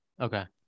Okay